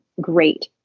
great